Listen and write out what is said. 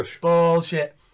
Bullshit